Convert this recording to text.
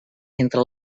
entre